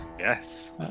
yes